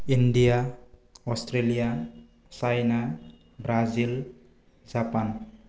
India Australia China Brazil Japan